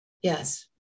Yes